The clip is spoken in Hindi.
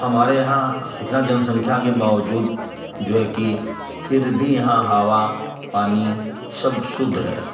हमारे यहाँ इतना जनसंख्या के बावजूद जो है कि फिर भी यहाँ हवा पानी सब शुद्ध है